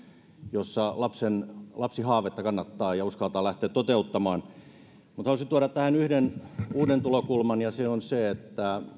jossa lapsihaavetta kannattaa ja uskaltaa lähteä toteuttamaan halusin tuoda tähän yhden uuden tulokulman ja se on se että